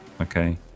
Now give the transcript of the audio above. Okay